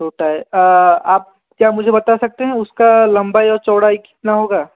छोटा है आप क्या मुझे बता सकते हैं उसकी लंबाई और चौड़ाई कितनी होगी